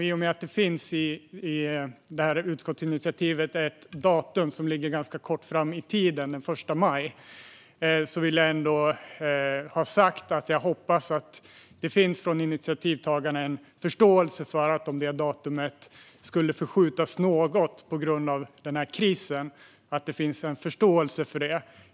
I och med att det i utskottsinitiativet finns ett datum som ligger i närtid, den 1 maj, vill jag säga att jag hoppas att det från initiativtagarna finns en förståelse för att datumet kan komma att förskjutas något på grund av krisen.